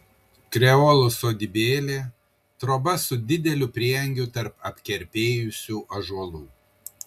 kreolų sodybėlė troba su dideliu prieangiu tarp apkerpėjusių ąžuolų